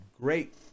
great